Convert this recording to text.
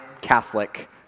Catholic